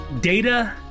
data